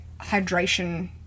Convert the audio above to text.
hydration